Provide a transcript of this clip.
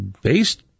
based